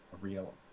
real